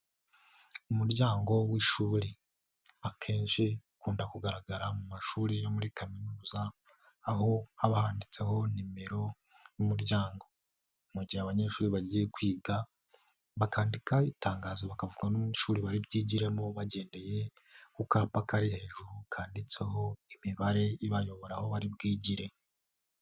Umuryango w'ishuri akenshi ukunda kugaragara mu mashuri yo muri kaminuza, aho haba handitseho nimero y'umuryango, mu gihe abanyeshuri bagiye kwiga bakandikaho itangazo bakavuga n'ishuri baribwigiremo bagendeye ku kapa kari hejuru kanditseho imibare ibayobora aho wari bwigire.